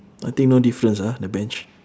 I think no difference ah the bench